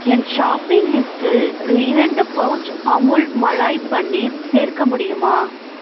என் shopping லிஸ்டில் இரண்டு pouch Amul malai paneer சேர்க்க முடியுமா